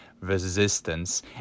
resistance